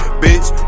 bitch